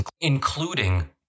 including